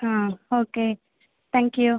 ah okay thank you